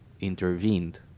intervened